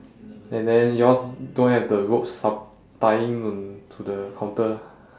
and then yours don't have the ropes tying onto the counter